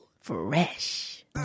fresh